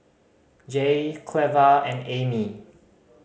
Jaye Cleva and Ammie